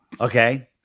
Okay